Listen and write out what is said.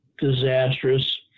disastrous